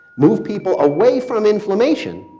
move people away from inflammation,